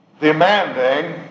demanding